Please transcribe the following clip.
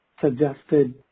suggested